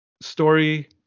story